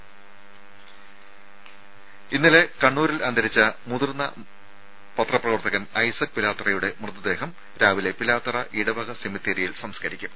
രേര ഇന്നലെ കണ്ണൂരിൽ അന്തരിച്ച മുതിർന്ന പത്രപ്രവർത്തകൻ ഐസക് പിലാത്തറയുടെ മൃതദേഹം രാവിലെ പിലാത്തറ ഇടവക സെമിത്തേരിയിൽ സംസ്കരിക്കും